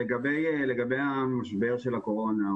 לגבי המשבר של הקורונה,